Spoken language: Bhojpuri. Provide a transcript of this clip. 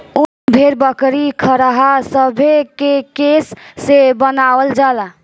उन भेड़, बकरी, खरहा सभे के केश से बनावल जाला